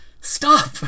stop